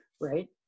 right